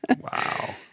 Wow